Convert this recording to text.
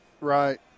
Right